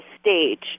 stage